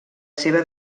seva